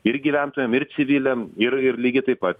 ir gyventojam ir civiliam ir ir lygiai taip pat